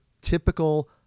typical